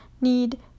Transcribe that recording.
need